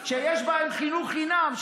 פיילוט של עשר ערים שיש בהן חינוך חינם,